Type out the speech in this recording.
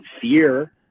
fear